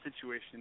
situation